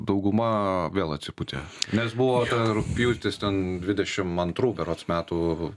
dauguma vėl atsipūtė nes buvo rugpjūtis ten dvidešim antrų berods metų